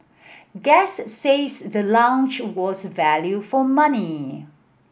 guest says the lounge was value for money